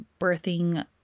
birthing